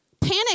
Panic